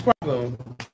problem